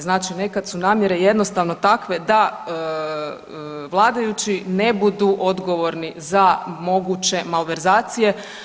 Znači nekad su namjere jednostavno takve da vladajući ne budu odgovorni za moguće malverzacije.